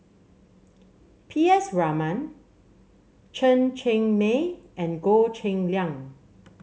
P S Raman Chen Cheng Mei and Goh Cheng Liang